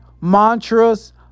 mantras